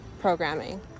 programming